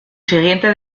siguiente